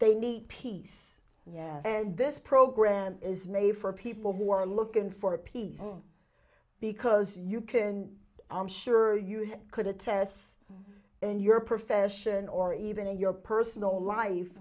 they need peace and this program is made for people who are looking for peace because you can i'm sure you could attest in your profession or even in your personal life